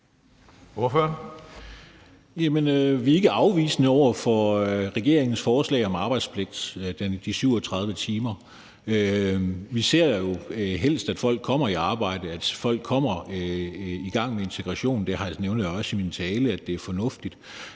Vi er ikke afvisende over for regeringens forslag om arbejdspligt på de 37 timer. Vi ser jo helst, at folk kommer i arbejde, og at folk kommer i gang med integrationen, og det nævnte jeg også i min tale er fornuftigt.